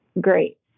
Great